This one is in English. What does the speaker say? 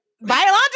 biological